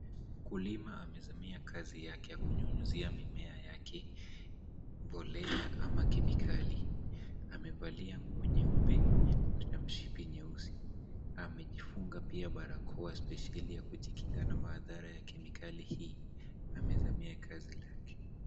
Mkulima amezamia kazi yake ya kunyunyizia mimea yake mbolea ama kemikali. Amevalia nguo nyeupe na mshipi nyeusi. Amejifunga pia barakoa spesheli ya kujikinga na madhara ya kemikali hii. Amezamia kazi lake.